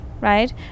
right